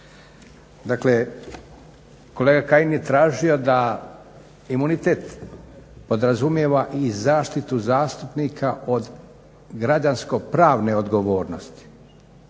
Dakle, kolega Kajin je tražio da imunitet podrazumijeva i zaštitu zastupnika od građanskopravne odgovornosti.